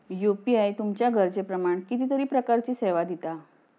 UPI तुमच्या गरजेप्रमाण कितीतरी प्रकारचीं सेवा दिता